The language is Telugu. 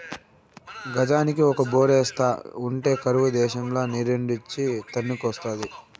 గజానికి ఒక బోరేస్తా ఉంటే కరువు దేశంల నీరేడ్నుంచి తన్నుకొస్తాది